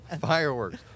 Fireworks